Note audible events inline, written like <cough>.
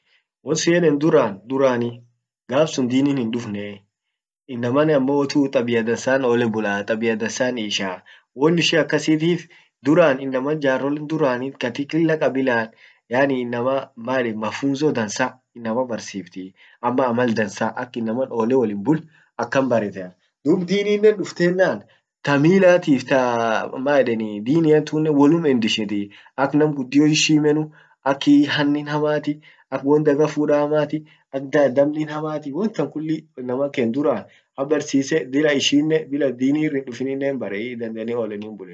won siyeden duran durani gaf sun dinin hindufne <hesitation> inaman ammotu tabia dansan oleh bulah, tabia dansan isha wanishiakasitif duran inama jarole duranin katika kila kabila yaani inama maeden mafunzo dansa inama barsiftii, ama amal dansa ak inaman ole walinbul akan baretee, dub dininen duftenan tamilatif taa maeden dinian tunen walumendishitiia ak nam gudio heshimenu, akiii hanin hamati, ak won daga fuda hamati, ak dabnin hamati won tan kulli inamaken duran habarsise bila ishinen bila dinir hindufinin hinbare dandani ileninen himbulen